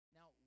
Now